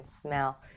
smell